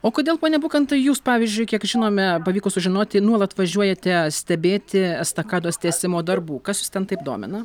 o kodėl pone bukantai jūs pavyzdžiui kiek žinome pavyko sužinoti nuolat važiuojate stebėti estakados tiesimo darbų kas jus ten taip domina